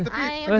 i